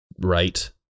right